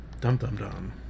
Dum-dum-dum